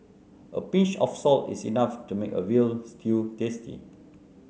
a pinch of salt is enough to make a veal stew tasty